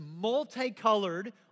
multicolored